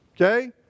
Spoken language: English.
Okay